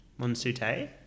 Monsute